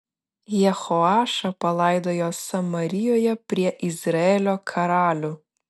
jehoašą palaidojo samarijoje prie izraelio karalių